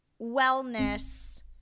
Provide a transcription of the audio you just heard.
wellness